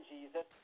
Jesus